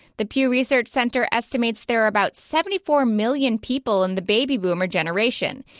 the pew research center estimates there are about seventy four million people in the baby boomer generation.